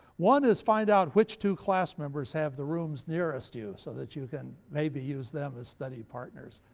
one is find out which two class members have the rooms nearest you so that you can maybe use them as study partners.